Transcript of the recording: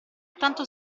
tanto